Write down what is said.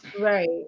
right